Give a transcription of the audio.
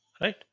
right